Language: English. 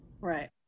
Right